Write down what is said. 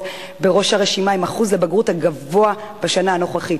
בראש הרשימה עם אחוז הזכאות לבגרות הגבוה בשנה הנוכחית,